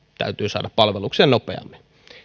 täytyy saada palvelukseen nopeammin